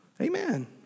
Amen